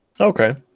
Okay